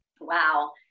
Wow